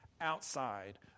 outside